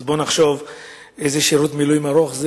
אז נחשוב איזה שירות מילואים ארוך זה